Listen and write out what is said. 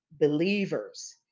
believers